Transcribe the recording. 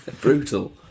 Brutal